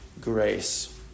grace